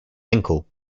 ankle